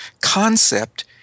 concept